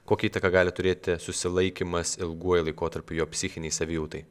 kokią įtaką gali turėti susilaikymas ilguoju laikotarpiu jo psichinei savijautai